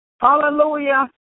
Hallelujah